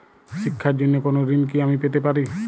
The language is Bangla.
শিক্ষার জন্য কোনো ঋণ কি আমি পেতে পারি?